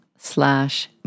slash